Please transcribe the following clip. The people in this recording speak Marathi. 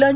लं